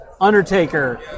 Undertaker